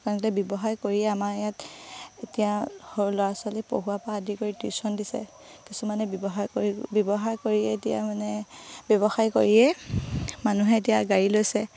কাৰণ তেতিয়া ব্যৱসায় কৰিয়ে আমাৰ ইয়াত এতিয়া সৰু ল'ৰা ছোৱালী পঢ়ুৱাৰপৰা আদি কৰি টিউশ্যন দিছে কিছুমানে ব্যৱসায় কৰি ব্যৱসায় কৰিয়ে এতিয়া মানে ব্যৱসায় কৰিয়েই মানুহে এতিয়া গাড়ী লৈছে